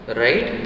right